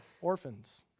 orphans